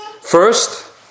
First